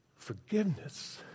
Forgiveness